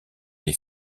des